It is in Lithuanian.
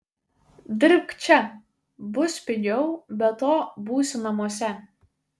dirbk čia bus pigiau be to būsi namuose